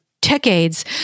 decades